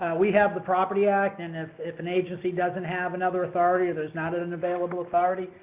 we have the property act and if if an agency doesn't have another authority or there's not an an available authority,